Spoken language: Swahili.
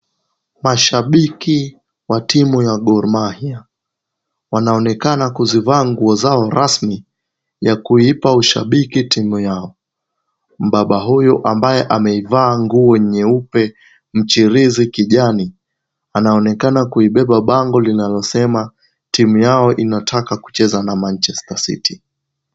Mashabiki wa timu ya Gor Mahia, wanaonekana kuzivaa nguo zao rasmi ya kuipa ushabiki timu yao. Mbaba huyu ambaye ameivaa nguo nyeupe mchirizi kijani anaonekana kuibeba bango linalosema timu yao inataka kucheza na Manchester City.